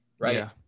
right